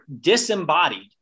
disembodied